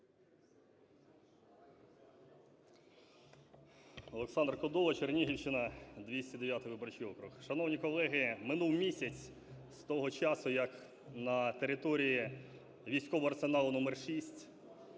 Олександр Кодола, Чернігівщина, 209 виборчий округ. Шановні колеги, минув місяць з того часу, як на території військового арсеналу №6